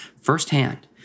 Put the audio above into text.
firsthand